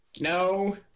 No